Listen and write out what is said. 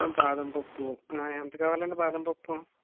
బాదం పప్పు ఎంత కావాలండి బాదం పప్పు